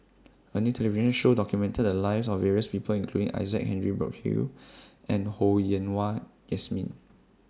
A New television Show documented The Lives of various People including Isaac Henry Burkill and Ho Yen Wah Jesmine